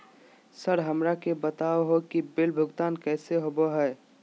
Sir हमरा के बता हो कि बिल भुगतान कैसे होबो है?